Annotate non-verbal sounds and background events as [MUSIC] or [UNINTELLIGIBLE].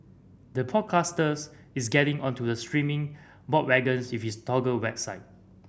the broadcasters is getting onto the streaming bandwagon [UNINTELLIGIBLE] with its Toggle website